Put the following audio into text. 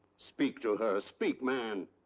speak to her. speak, man!